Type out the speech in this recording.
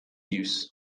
use